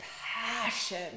passion